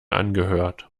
angehört